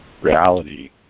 reality